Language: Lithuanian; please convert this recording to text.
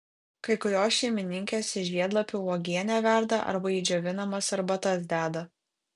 kai kurios šeimininkės iš žiedlapių uogienę verda arba į džiovinamas arbatas deda